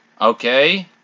Okay